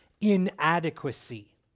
inadequacy